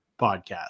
Podcast